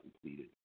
completed